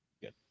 good